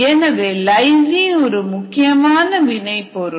எனவே லைசின் ஒரு முக்கியமான வினை பொருள்